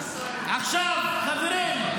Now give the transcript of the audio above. עכשיו, חברים,